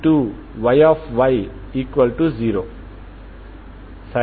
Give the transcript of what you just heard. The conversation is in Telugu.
కాబట్టి X0అనేది నాకు Xxc1cos μx ను ఇస్తుంది